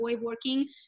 working